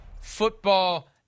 football